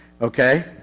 Okay